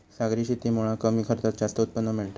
सागरी शेतीमुळा कमी खर्चात जास्त उत्पन्न मिळता